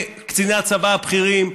לקציני הצבא הבכירים,